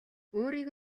өөрийг